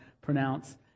pronounce